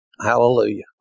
Hallelujah